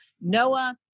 noah